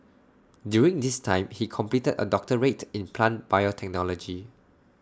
during this time he completed A doctorate in plant biotechnology